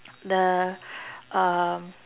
the um